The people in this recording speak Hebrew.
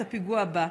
את הפיגוע הבא.